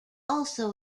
also